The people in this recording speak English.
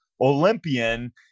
Olympian